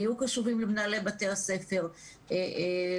היו קשובים למנהלי בתי הספר ולתלמידים.